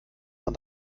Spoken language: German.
man